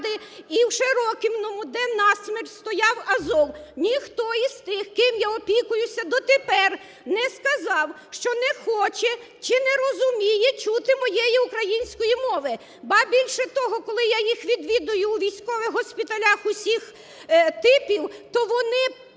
і в Широкиному, денасмерть стояв "Азов". Ніхто із тих, ким я опікуюся дотепер, не сказав, що не хоче чи не розуміє чути моєї української мови. Ба більше того, коли я їх відвідую у військових госпіталях усіх типів, то вони